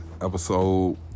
episode